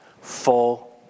full